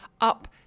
up